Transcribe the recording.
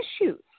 issues